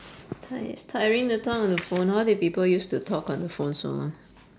tired it's tiring to talk on the phone how did people used to talk on the phone so long